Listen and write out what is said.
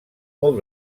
molt